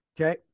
okay